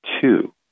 two